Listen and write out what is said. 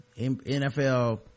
NFL